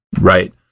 right